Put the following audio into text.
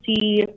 see